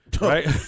Right